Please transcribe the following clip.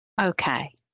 Okay